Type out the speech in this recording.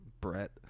Brett